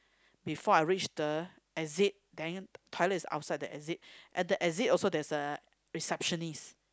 before I reach the exit then toilet is outside the exit at the exit also a receptionist